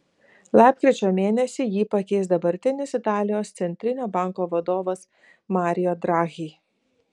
lapkričio mėnesį jį pakeis dabartinis italijos centrinio banko vadovas mario draghi